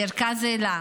מרכז אלה,